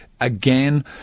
again